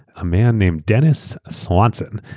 a man named dennis swanson.